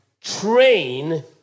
train